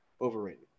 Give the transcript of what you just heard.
overrated